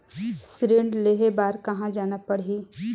ऋण लेहे बार कहा जाना पड़ही?